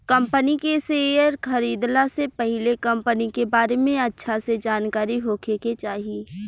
company के share खरीदला से पहिले कंपनी के बारे में अच्छा से जानकारी होखे के चाही